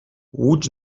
łódź